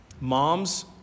moms